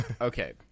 okay